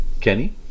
Kenny